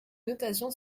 notation